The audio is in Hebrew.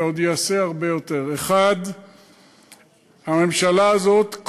ועוד ייעשה הרבה יותר: 1. הממשלה הזאת,